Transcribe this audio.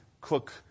cook